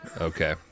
Okay